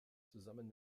zusammen